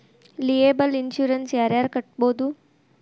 liable insurance ಯಾರ್ ಯಾರ್ ಕಟ್ಬೊದು